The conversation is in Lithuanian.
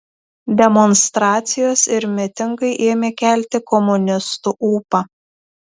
demonstracijos ir mitingai ėmė kelti komunistų ūpą